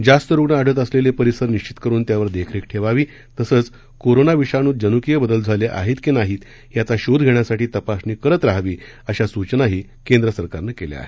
जास्त रुग्ण आढळत असलेले परिसर निश्वित करून त्यावर देखरेख ठेवावी तसंच कोरोना विषाणूत जनुकीय बदल झाले आहेत की नाही याचा शोध घेण्यासाठी तपासणी करत रहावी अशा सूचनाही केंद्र सरकारनं केल्या आहेत